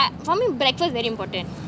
for me breakfast very important